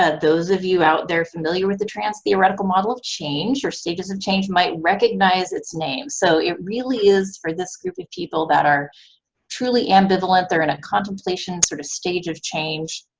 ah those of you out there familiar with the transtheoretical model of change or stages of change might recognize its name. so it really is for this group of people who are truly ambivalent. they're in a contemplation sort of stage of change,